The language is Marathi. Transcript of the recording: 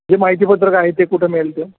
जे माहितीपत्रक आहे ते कुठं मिळेल ते